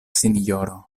sinjoro